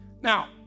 now